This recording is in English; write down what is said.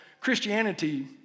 Christianity